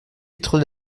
vitres